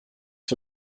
für